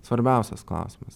svarbiausias klausimas